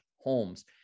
homes